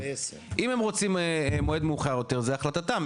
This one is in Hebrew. אם הם רוצים מועד מאוחר יותר זה החלטתם,